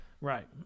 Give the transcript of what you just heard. right